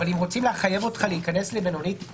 אם רוצים לחייב אותך להיכנס למלונית